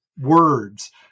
words